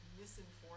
misinformed